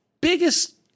biggest